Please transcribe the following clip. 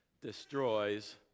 destroys